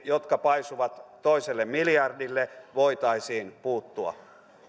jotka paisuvat toiselle miljardille voitaisiin puuttua